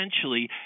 essentially